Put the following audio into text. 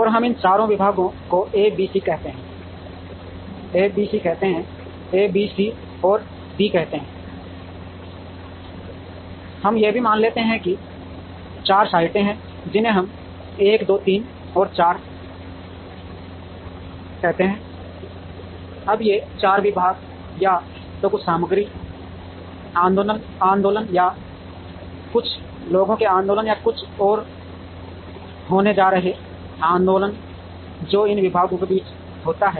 और हम इन चार विभागों को ABC कहते हैं और D हमें यह भी मान लेते हैं कि 4 साइटें हैं जिन्हें हम 1 2 3 कहते हैं और 4 अब ये 4 विभाग या तो कुछ सामग्री आंदोलन या कुछ लोगों के आंदोलन या कुछ और होने जा रहे हैं आंदोलन जो इन विभागों के बीच होता है